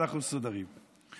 אנחנו מסודרים.